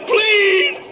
Please